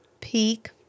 peak